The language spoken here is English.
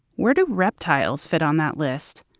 where do reptiles fit on that list?